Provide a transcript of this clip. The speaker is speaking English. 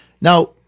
now